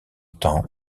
temps